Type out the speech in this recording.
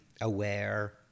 aware